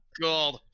god